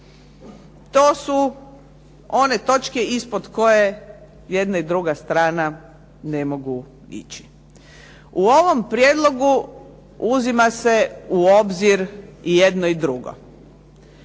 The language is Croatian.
To su one točke ispod koje jedna i druga strana ne mogu ići. U ovom prijedlogu uzima se u obzir i jedno i drugo.